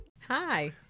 Hi